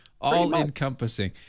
All-encompassing